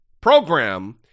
program